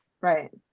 right